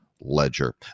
Ledger